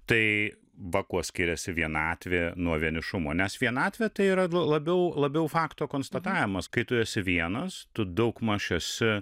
tai va kuo skiriasi vienatvė nuo vienišumo nes vienatvę tai yra labiau labiau fakto konstatavimas kai tu esi vienas tu daugmaž esi